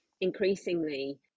increasingly